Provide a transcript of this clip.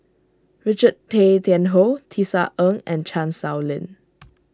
Richard Tay Tian Hoe Tisa Ng and Chan Sow Lin